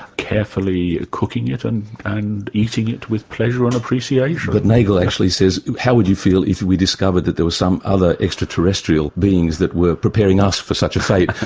carefully cooking it and and eating it with pleasure and appreciation. but nagel actually says how would you feel if we discovered that there were some other extraterrestrial beings that were preparing us for such a fate?